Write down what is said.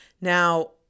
Now